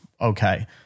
okay